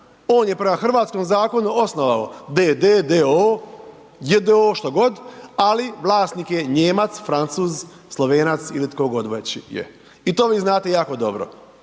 On je prema hrvatskom zakonu, osnovan d.d., d.o.o. j.d.o. što god ali vlasnik je Nijemac, Francuz, Slovenac ili tko god već je i to vi znate jako dobro.